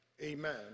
amen